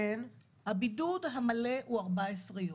הבידוד המלא הוא 14 יום.